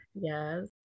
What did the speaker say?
Yes